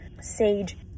Sage